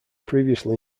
previously